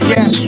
Yes